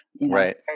right